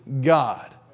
God